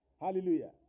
Hallelujah